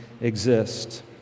exist